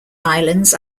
islands